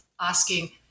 asking